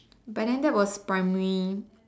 by then that was primary